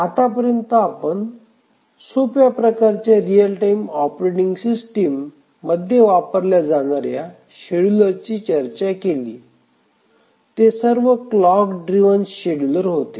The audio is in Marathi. आतापर्यंत आपण सोप्या प्रकारच्या रियल टाइम ऑपरेटिंग सिस्टिम मध्ये वापरल्या जाणाऱ्या शेड्युलरची चर्चा केली ते सर्व क्लॉक ड्रिव्हन शेड्युलर होते